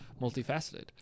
Multifaceted